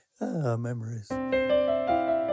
Memories